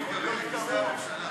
ועדת הכנסת קבעה שהדיון היום ייגמר בשעה